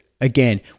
again